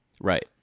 right